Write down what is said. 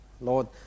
Lord